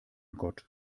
gott